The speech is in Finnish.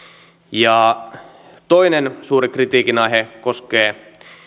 täytäntöön toinen suuri kritiikin aihe koskee